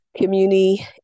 Community